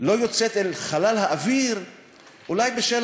לא יוצאת אל חלל האוויר אולי בשל